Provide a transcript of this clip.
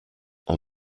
are